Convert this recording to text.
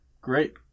great